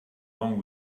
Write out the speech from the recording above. wrong